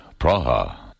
Praha